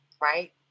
right